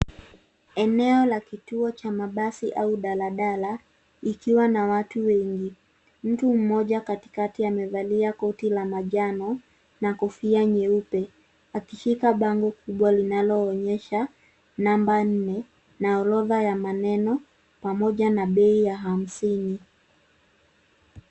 Eneo la kituo cha mabasi au daladala ikiwa na watu wengi ,mtu mmoja katikati amevalia koti la majano na kofia nyeupe akishika bango kubwa linaloonyesha namba nne na orodha ya maneno pamoja na bei ya hamsini.